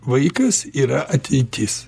vaikas yra ateitis